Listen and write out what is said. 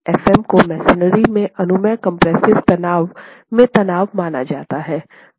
Fm को masonry में अनुमेय कम्प्रेस्सिव तनाव में तनाव माना जाता है